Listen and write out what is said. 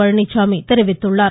பழனிச்சாமி தெரிவித்துள்ளார்